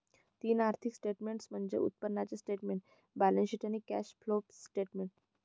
तीन आर्थिक स्टेटमेंट्स म्हणजे उत्पन्नाचे स्टेटमेंट, बॅलन्सशीट आणि कॅश फ्लो स्टेटमेंट